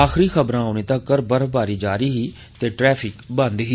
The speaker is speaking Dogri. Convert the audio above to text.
अखीरी खबरां औने तक्कर बर्फबारी जारी ही ते ट्रैफिक बंद ही